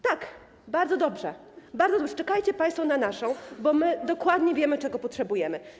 Tak, bardzo dobrze, bardzo dobrze, czekajcie państwo na naszą, bo my dokładnie wiemy, czego potrzebujemy.